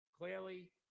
Clearly